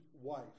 wife